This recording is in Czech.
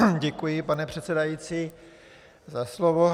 Děkuji, pane předsedající, za slovo.